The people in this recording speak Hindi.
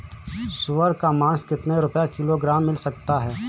सुअर का मांस कितनी रुपय किलोग्राम मिल सकता है?